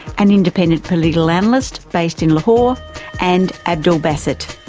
an independent political analyst based in lahore and abdul basit,